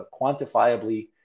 quantifiably